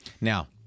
Now